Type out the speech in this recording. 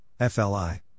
FLI